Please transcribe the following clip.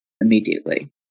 immediately